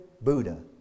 Buddha